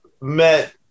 met